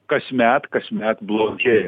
kasmet kasmet blogėja